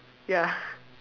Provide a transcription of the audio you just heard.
ya